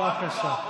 בבקשה.